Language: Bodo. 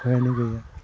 अखायानो गैया